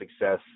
success